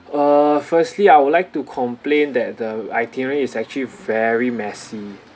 uh firstly I would like to complain that the itinerary is actually very messy